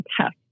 test